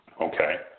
Okay